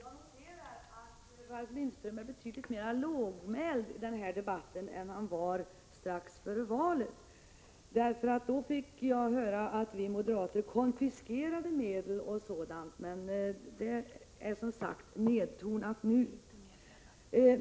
Herr talman! Jag noterar att Ralf Lindström är betydligt mera lågmäld i den här debatten än han var strax före valet. Då fick jag nämligen höra att vi moderater ”konfiskerade” medel osv., men det är som sagt nedtonat nu.